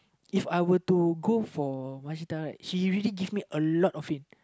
If I were to go for Mashita right she really give me a lot of faith